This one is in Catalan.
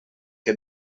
que